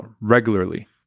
regularly